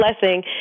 blessing